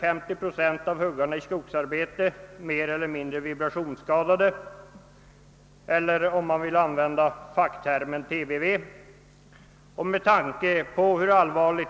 50 procent av huggarna i skogsarbete är mer eller mindre vibrationsskadade eller, så som det heter på fackspråket, skadade av TBV.